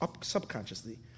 subconsciously